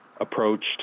approached